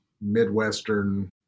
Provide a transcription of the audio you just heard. Midwestern